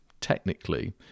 Technically